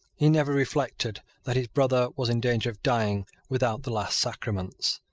he never reflected that his brother was in danger of dying without the last sacraments.